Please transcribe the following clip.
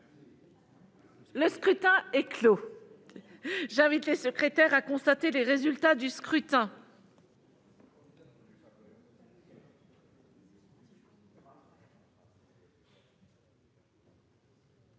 Le scrutin est clos. J'invite Mmes et MM. les secrétaires à constater le résultat du scrutin.